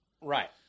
Right